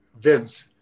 Vince